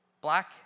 Black